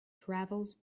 travels